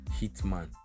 hitman